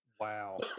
Wow